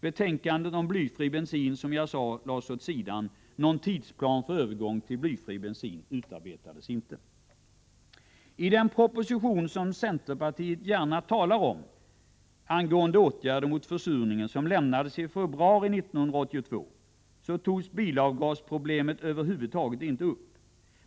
Betänkandet om blyfri bensin lades, som jag sade, åt sidan. Någon tidsplan för övergång till blyfri bensin utarbetades inte. I den proposition angående åtgärder mot försurningen som centerpartiet gärna talar om och som avlämnades i februari 1982 togs bilavgasproblemet över huvud taget inte upp.